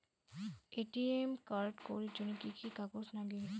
ATM card করির জন্যে কি কি কাগজ নাগে?